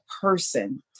person